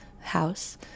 house